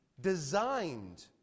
designed